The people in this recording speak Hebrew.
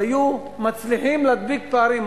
היו מצליחים להדביק פערים.